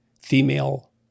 female